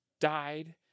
died